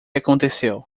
aconteceu